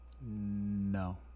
No